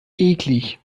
eklig